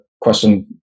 question